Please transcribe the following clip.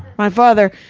my father,